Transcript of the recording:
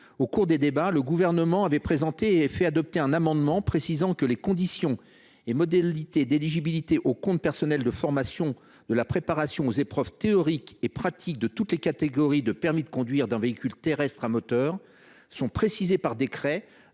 la proposition de loi, le Gouvernement a présenté et fait adopter un amendement tendant à préciser que « les conditions et modalités d’éligibilité au compte personnel de formation de la préparation aux épreuves théoriques et pratiques de toutes les catégories de permis de conduire d’un véhicule terrestre à moteur sont précisées par décret,